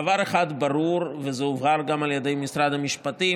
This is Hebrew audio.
דבר אחד ברור, וזה הובהר גם על ידי משרד המשפטים,